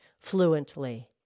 fluently